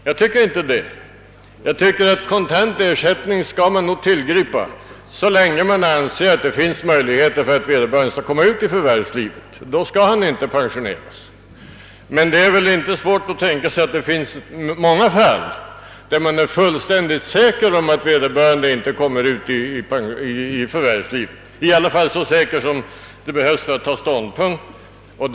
Jag tycker inte det. Jag anser att man skall tillgripa kontant ersättning så länge man anser att det finns möjligheter för vederbörande att komma ut i förvärvslivet igen — tidigare bör han inte pensioneras. Det är dock inte svårt att tänka sig att det finns många fall, där man kan vara fullständigt säker på att vederbörande inte kan komma ut i förvärvslivet, eller i varje fall så säker på detta som behövs för att man skall kunna ta ställning.